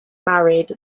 married